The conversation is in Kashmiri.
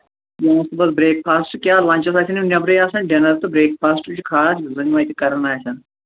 بِلکُل برٛیک فاسٹ کیٛاہ لنچ آسن یِم نیٚبرٕے آسٮٮ۪ن ڈِنر تہٕ برٛیک فاسٹ یہِ چھُ خاص یُس زَن یِمن اَتہِ کَران آسن